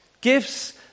gifts